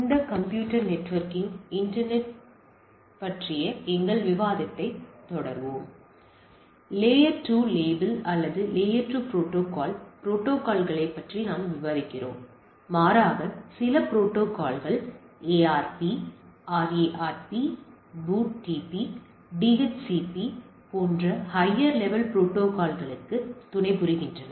இந்த computer networking internet எங்கள் விவாதத்தைத் தொடர்வோம் லேயர் 2லேபிள் அல்லது லேயர்2 புரோட்டோகால் புரோட்டோகால்களில் நாங்கள் விவாதிக்கிறோம் மாறாக சில புரோட்டோகால்கள் ARP RARP BOOTP DHCP போன்ற ஹையர் லெவல் புரோட்டோகால்களுக்கு துணைபுரிகின்றன